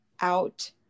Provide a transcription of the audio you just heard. out